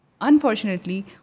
unfortunately